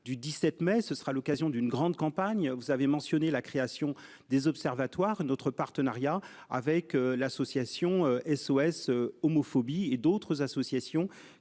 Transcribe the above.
du 17 mai, ce sera l'occasion d'une grande campagne vous avez mentionné la création des observatoires notre partenariat avec l'association SOS homophobie et d'autres associations